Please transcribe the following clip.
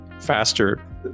faster